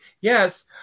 Yes